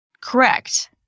Correct